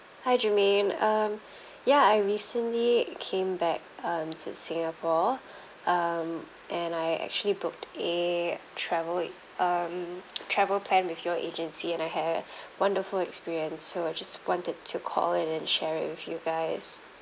hi jermaine um ya I recently came back um to singapore um and I actually booked a travel um travel plan with your agency and I had a wonderful experience so I just wanted to call and then share it with you guys